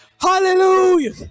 Hallelujah